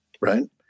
right